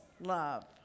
love